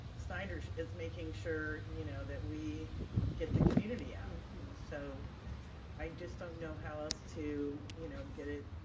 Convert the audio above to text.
snyder, is making sure you know that we get the community out. and so i just don't know how else to you know um get